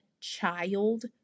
child